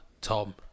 Tom